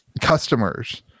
customers